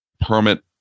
permit